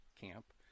camp